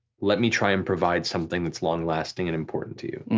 let me try and provide something that's long lasting and important to you.